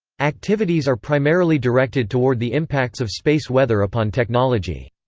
activities are primarily directed toward the impacts of space weather upon technology.